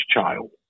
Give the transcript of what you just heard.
child